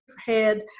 head